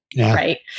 right